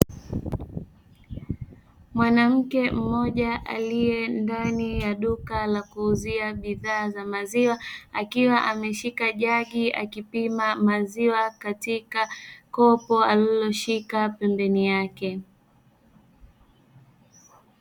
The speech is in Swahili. Mwanamke mmoja aliye ndani ya duka la kuuzia bidhaa za maziwa akiwa ameshika jagi akipima maziwa katika kopo aliloshika pembeni yake.